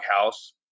house